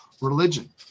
religion